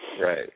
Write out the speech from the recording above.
Right